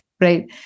Right